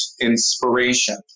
inspiration